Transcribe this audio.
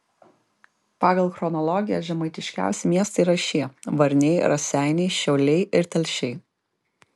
pagal chronologiją žemaitiškiausi miestai yra šie varniai raseiniai šiauliai ir telšiai